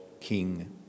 king